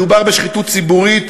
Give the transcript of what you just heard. מדובר בשחיתות ציבורית,